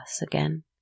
again